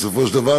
בסופו של דבר,